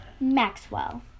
Maxwell